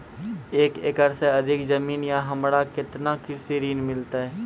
एक एकरऽ से अधिक जमीन या हमरा केतना कृषि ऋण मिलते?